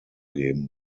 geben